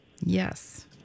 Yes